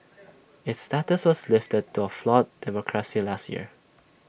its status was lifted to A flawed democracy last year